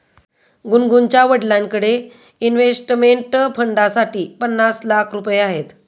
गुनगुनच्या वडिलांकडे इन्व्हेस्टमेंट फंडसाठी पन्नास लाख रुपये आहेत